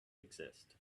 exist